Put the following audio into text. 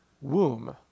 womb